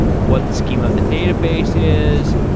what the scheme of the database is,